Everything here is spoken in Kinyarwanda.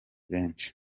benshi